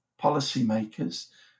policymakers